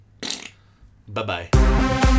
Bye-bye